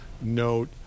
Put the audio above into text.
note